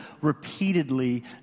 repeatedly